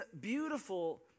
beautiful